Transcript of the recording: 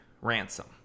ransom